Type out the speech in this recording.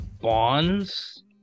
Bonds